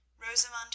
Rosamund